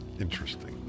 interesting